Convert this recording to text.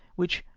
which.